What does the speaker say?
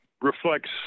reflects